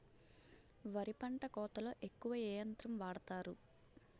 వరి పంట కోతలొ ఎక్కువ ఏ యంత్రం వాడతారు?